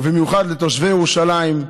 ובמיוחד לתושבי ירושלים.